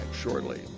shortly